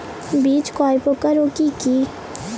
বীজ কয় প্রকার ও কি কি?